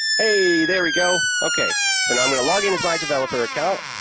hey, there we go. okay, so now, i'm going to log-in as my developer account,